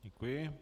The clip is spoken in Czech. Děkuji.